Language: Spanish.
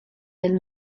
del